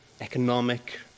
economic